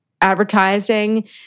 advertising